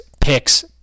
picks